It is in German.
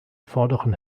vorderen